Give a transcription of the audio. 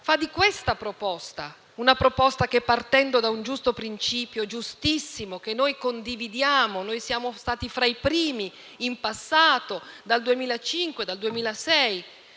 fa di questa proposta una proposta che, partendo da un principio giustissimo, che noi condividiamo (noi siamo stati fra i primi in passato, dal 2005-2006